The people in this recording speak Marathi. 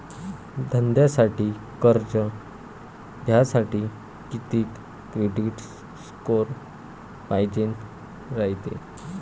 धंद्यासाठी कर्ज घ्यासाठी कितीक क्रेडिट स्कोर पायजेन रायते?